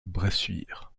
bressuire